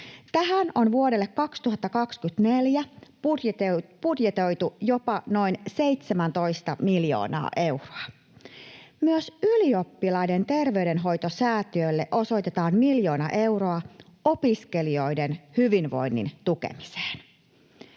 Tähän on vuodelle 2024 budjetoitu jopa noin 17 miljoonaa euroa. Myös Ylioppilaiden terveydenhoitosäätiölle osoitetaan miljoona euroa opiskelijoiden hyvinvoinnin tukemiseen.